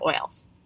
oils